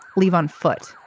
leave on foot.